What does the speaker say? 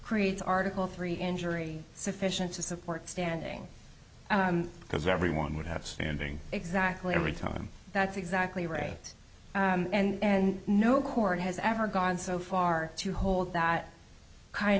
creates article three injury sufficient to support standing because everyone would have standing exactly every time that's exactly right and no court has ever gone so far to hold that kind